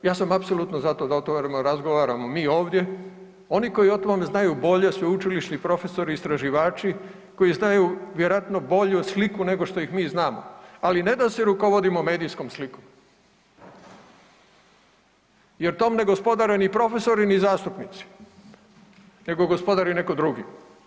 Ja sam apsolutno za to da o tome razgovaramo mi ovdje, oni koji o tome znaju bolje sveučilišni profesori, istraživači koji znaju vjerojatno bolju sliku nego što ih mi znamo, ali ne da se rukovodimo medijskom slikom jer tom ne gospodare ni profesori ni zastupnici nego gospodari neko drugi.